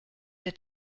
der